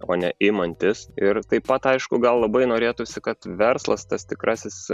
o ne imantis ir taip pat aišku gal labai norėtųsi kad verslas tas tikrasis